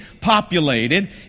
populated